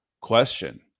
question